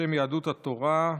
בשם יהדות התורה והשבת,